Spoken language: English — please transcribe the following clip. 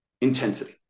Intensity